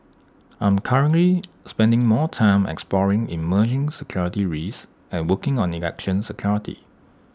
I'm currently spending more time exploring emerging security risks and working on election security